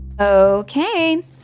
Okay